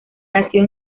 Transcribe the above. nació